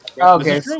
Okay